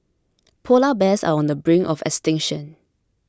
Polar Bears are on the brink of extinction